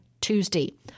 Tuesday